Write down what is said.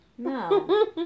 No